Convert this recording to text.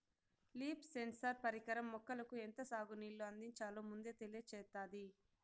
leaf sensor పరికరం మొక్కలకు ఎంత సాగు నీళ్ళు అందించాలో ముందే తెలియచేత్తాది